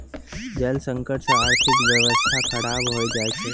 जल संकट से आर्थिक व्यबस्था खराब हो जाय छै